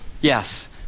yes